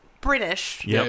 British